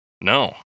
No